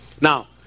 Now